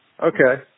Okay